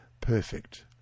perfect